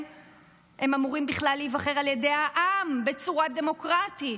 הם אמורים בכלל להיבחר על ידי העם בצורה דמוקרטית,